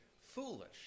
foolish